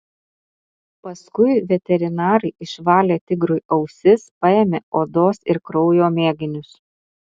paskui veterinarai išvalė tigrui ausis paėmė odos ir kraujo mėginius